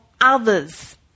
others